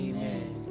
Amen